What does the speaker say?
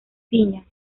piña